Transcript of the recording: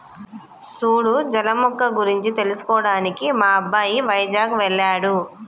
సూడు జల మొక్క గురించి తెలుసుకోవడానికి మా అబ్బాయి వైజాగ్ వెళ్ళాడు